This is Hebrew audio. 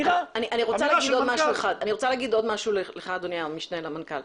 אני רוצה להגיד עוד משהו לך אדוני המשנה למנכ"ל.